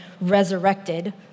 resurrected